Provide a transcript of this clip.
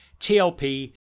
TLP